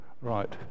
Right